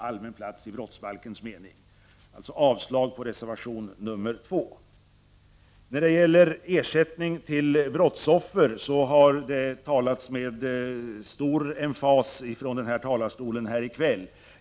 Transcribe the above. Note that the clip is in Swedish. Jag yrkar alltså avslag på reservation nr 2. När det gäller ersättning till brottsoffer har det talats med stor emfas från talarstolen här i kväll.